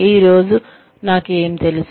ఈ రోజు నాకు ఏమి తెలుసు